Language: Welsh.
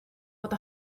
fod